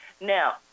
Now